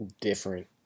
different